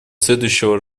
следующего